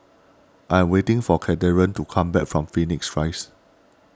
I am waiting for Cathern to come back from Phoenix Rise